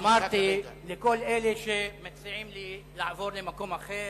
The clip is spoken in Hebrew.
אמרתי לכל אלה שמציעים לי לעבור למקום אחר,